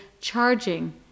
charging